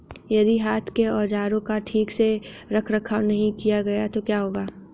यदि हाथ के औजारों का ठीक से रखरखाव नहीं किया गया तो क्या होगा?